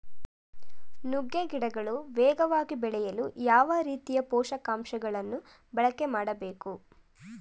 ನುಗ್ಗೆ ಗಿಡಗಳು ವೇಗವಾಗಿ ಬೆಳೆಯಲು ಯಾವ ರೀತಿಯ ಪೋಷಕಾಂಶಗಳನ್ನು ಬಳಕೆ ಮಾಡಬೇಕು?